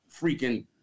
freaking